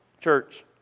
church